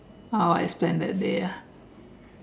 how I spend that day ah